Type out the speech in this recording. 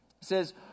says